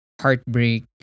heartbreak